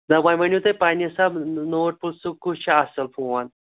نہَ وۅنۍ ؤنِو تُہۍ پَنٕنہِ حِساب نوٹ پُلسُک کُس چھُ اَصٕل فون